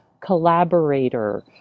collaborator